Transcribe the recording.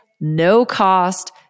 no-cost